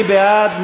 מי בעד?